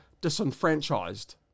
disenfranchised